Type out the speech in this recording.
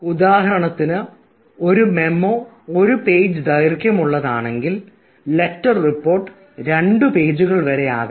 ഉദാഹരണത്തിന് ഒരു മെമ്മോ ഒരു പേജ് ദൈർഘ്യം ഉള്ളതാണെങ്കിൽ ലെറ്റർ റിപ്പോർട്ട് രണ്ടു പേജുകൾ വരെ ആകാം